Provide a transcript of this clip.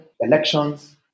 Elections